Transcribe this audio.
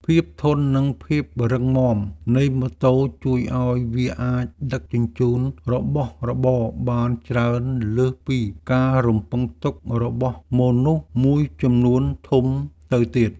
ភាពធន់និងភាពរឹងមាំនៃម៉ូតូជួយឱ្យវាអាចដឹកជញ្ជូនរបស់របរបានច្រើនលើសពីការរំពឹងទុករបស់មនុស្សមួយចំនួនធំទៅទៀត។